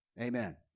Amen